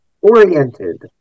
oriented